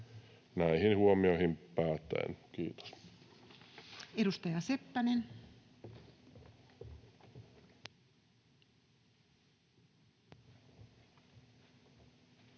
Näihin huomioihin päättäen. — Kiitos. Edustaja Seppänen. Arvoisa